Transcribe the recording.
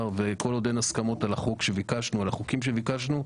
וכל עוד אין הסכמות על החוקים שביקשנו,